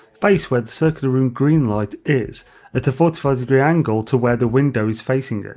face where the circular room green light is at a forty five degree angle to where the window is facing it.